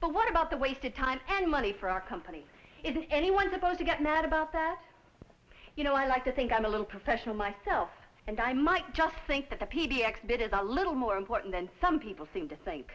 but what about the wasted time and money for our company isn't anyone supposed to get mad about that you know i like to think i'm a little professional myself and i might just think that the p b x bit is a little more important than some people seem to think